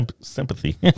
sympathy